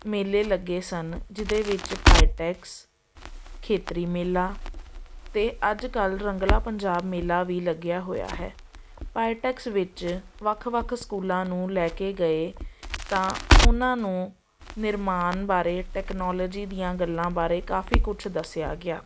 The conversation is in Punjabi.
ਮੇਲੇ ਲੱਗੇ ਸਨ ਜਿਹਦੇ ਵਿੱਚ ਪਾਈਟੈਕਸ ਖੇਤਰੀ ਮੇਲਾ ਅਤੇ ਅੱਜ ਕੱਲ੍ਹ ਰੰਗਲਾ ਪੰਜਾਬ ਮੇਲਾ ਵੀ ਲੱਗਿਆ ਹੋਇਆ ਹੈ ਪਾਈਟੈਕਸ ਵਿੱਚ ਵੱਖ ਵੱਖ ਸਕੂਲਾਂ ਨੂੰ ਲੈ ਕੇ ਗਏ ਤਾਂ ਉਹਨਾਂ ਨੂੰ ਨਿਰਮਾਣ ਬਾਰੇ ਟੈਕਨੋਲੋਜੀ ਦੀਆਂ ਗੱਲਾਂ ਬਾਰੇ ਕਾਫੀ ਕੁਛ ਦੱਸਿਆ ਗਿਆ